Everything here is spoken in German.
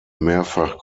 mehrfach